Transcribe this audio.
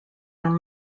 are